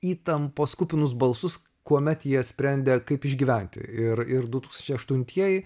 įtampos kupinus balsus kuomet jie sprendė kaip išgyventi ir ir du tūkstančiai aštuntieji